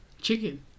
chicken